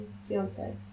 Fiance